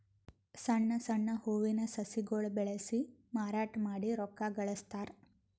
ಸಣ್ಣ್ ಸಣ್ಣ್ ಹೂವಿನ ಸಸಿಗೊಳ್ ಬೆಳಸಿ ಮಾರಾಟ್ ಮಾಡಿ ರೊಕ್ಕಾ ಗಳಸ್ತಾರ್